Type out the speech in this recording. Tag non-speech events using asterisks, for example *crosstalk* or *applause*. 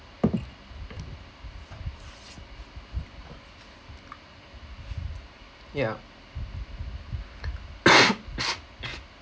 yeah *coughs*